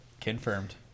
confirmed